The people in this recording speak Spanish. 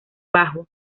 bajo